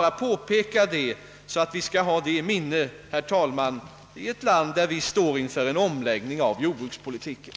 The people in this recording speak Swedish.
velat påpeka detta för att vi skall ha det i minnet när vi nu står inför en omläggning av jordbrukspolitiken.